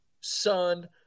Son